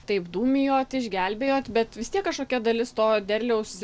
taip dūmijot išgelbėjot bet vis tiek kažkokia dalis to derliaus